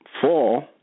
fall